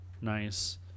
nice